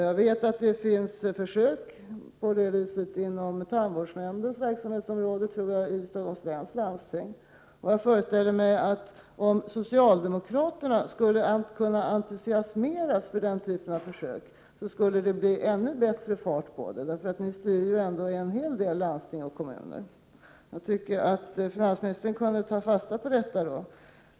Jag vet att det görs försök därvidlag inom tandvårdsnämndens verksamhetsområde i Stockholms läns landsting. Jag föreställer mig att om socialdemokraterna skulle kunna entusiasmeras för den typen av försök, skulle det bli ännu bättre fart på det hela, för ni styr ju ändå en hel del landsting och kommuner. Finansministern kunde enligt min mening ta fasta på detta.